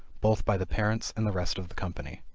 both by the parents and the rest of the company.